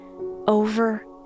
over